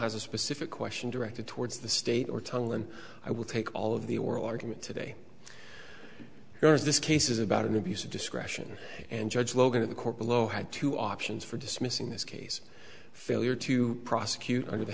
has a specific question directed towards the state or tongue and i will take all of the oral argument today there is this case is about an abuse of discretion and judge logan to the court below had two options for dismissing this case failure to prosecute